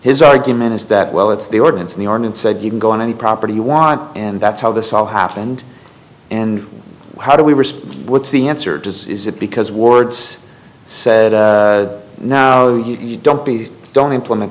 his argument is that well it's the ordinance in the army and said you can go on any property you want and that's how this all happened and how do we respond what's the answer does is it because words said no you don't beat don't implement